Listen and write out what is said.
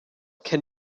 can